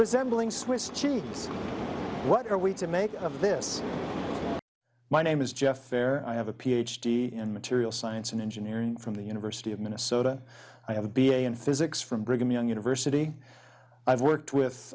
resembling swiss cheese what are we to make of this my name is jeff air i have a ph d in materials science and engineering from the university of minnesota i have a b a in physics from brigham young university i've worked with